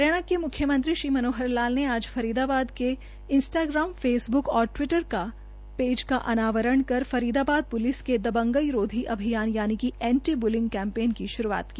हरियाणा के मुख्यमंत्री श्री मनोहर लाल ने आज फरीदाबाद के इंस्टाग्राम फेसब्क और ट्विटर पेज का अनावरण कर फरीदाबाद पुलिस के दबंगई रोधी अभियान एंटी बुलिंग कैम्पेन की शुरुआत की